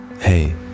Hey